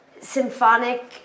Symphonic